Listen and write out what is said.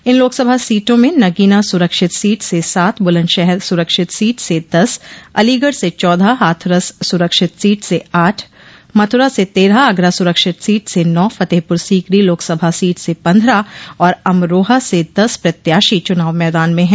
इन लोकसभा सीटों में नगीना सुरक्षित सीट से सात बुलन्दशहर सुरक्षित सीट से दस अलीगढ़ से चौदह हाथरस सुरक्षित सीट स आठ मथुरा से तेरह आगरा सुरक्षित सीट से नौ फतेहपुर सीकरी लोकसभा सीट से पन्द्रह और अमरोहा से दस प्रत्याशी चुनाव मैदान में हैं